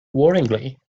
worryingly